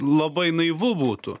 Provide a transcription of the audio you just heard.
labai naivu būtų